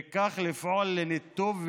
וכך לפעול לניתוב,